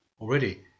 Already